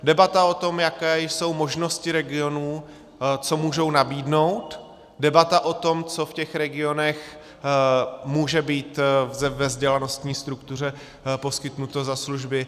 Debata o tom, jaké jsou možnosti regionů, co můžou nabídnout, debata o tom, co v těch regionech může být ve vzdělanostní struktuře poskytnuto za služby.